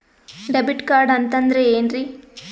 Debit card ಅಂತಂದ್ರೆ ಏನ್ರೀ?